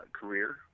career